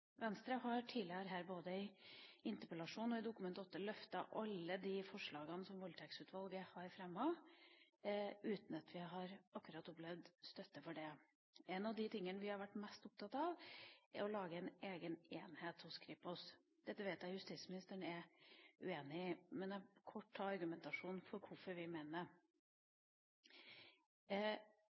Venstre har tidligere her både i interpellasjon og i Dokument 8-forslag løftet alle de forslagene som Voldtektsutvalget har fremmet, uten at vi akkurat har opplevd støtte for det. En av de tingene vi har vært mest opptatt av, er å lage en egen enhet hos Kripos. Dette vet jeg justisministeren er uenig i, men jeg vil kort ta argumentasjonen for hvorfor vi mener